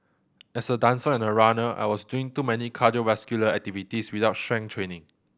as a dancer and a runner I was doing too many cardiovascular activities without strength training